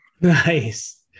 Nice